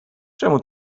czemu